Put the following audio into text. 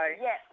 Yes